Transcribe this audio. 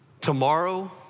tomorrow